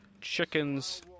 chickens